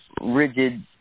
rigid